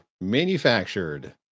manufactured